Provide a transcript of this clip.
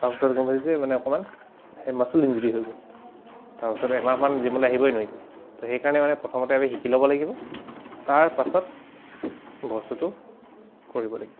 তাৰপাছত গম পাইছোঁ যে মানে অকণমান সেই মাচুল ইঞ্জিউৰী হৈ গ'ল তাৰপাছত এমাহমান জিমলৈ আহিবই নোৱাৰিলে তো সেইকাৰণে মানে প্ৰথমতে আমি শিকি ল'ব লাগিব তাৰপাছত বস্তুটো কৰিব লাগিব